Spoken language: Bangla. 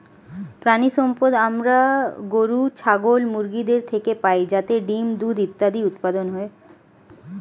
প্রাণিসম্পদ আমরা গরু, ছাগল, মুরগিদের থেকে পাই যাতে ডিম্, দুধ ইত্যাদি উৎপাদন হয়